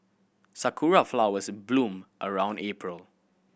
sakura flowers bloom around April